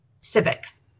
civics